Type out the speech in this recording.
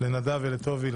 ולנדב ולטובי,